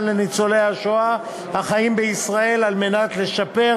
לניצולי השואה החיים בישראל על מנת לשפר,